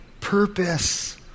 Purpose